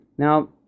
Now